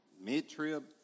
mid-trib